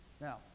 Now